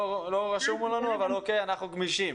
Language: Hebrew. לא רשום לנו, אבל אוקיי, אנחנו גמישים.